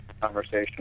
conversation